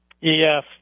yes